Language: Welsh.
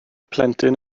plentyn